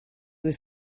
was